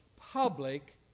public